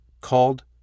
called